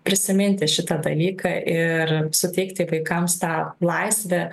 prisiminti šitą dalyką ir suteikti vaikams tą laisvę